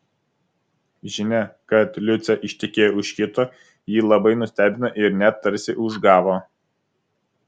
žinia kad liucė ištekėjo už kito jį labai nustebino ir net tarsi užgavo